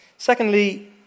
Secondly